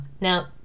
now